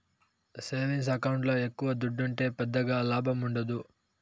savings ఎకౌంట్ల ఎక్కవ దుడ్డుంటే పెద్దగా లాభముండదు